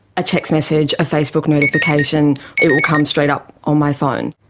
a text message or facebook notification it will come straight up on my phone.